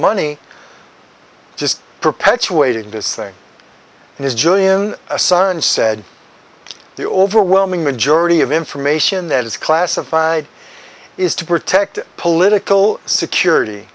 money just perpetuating this thing and it's julian sun said the overwhelming majority of information that is classified is to protect political security